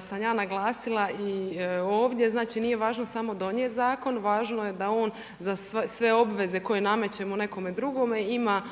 sam ja naglasila i ovdje, znači nije važno samo donijeti zakon. Važno je da on za sve obveze koje namećemo nekome drugome ima